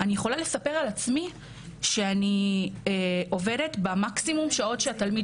אני יכולה להגיד על עצמי שאני עובדת במקסימום שעות שהתלמיד